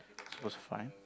looks fine